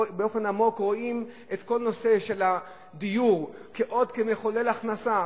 הם רואים את כל נושא הדיור כעוד מחולל הכנסה.